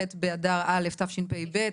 ח באדר א' תשפ"ב,